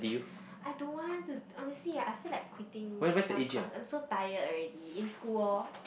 I don't want to honestly I feel like quitting some clubs I'm so tired already in school orh